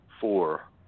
four